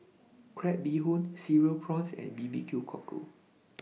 Crab Bee Hoon Cereal Prawns and Bbq Cockle